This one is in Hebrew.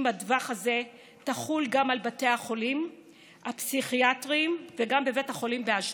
בטווח הזה תחול גם בבתי החולים הפסיכיאטריים וגם בבית החולים באשדוד,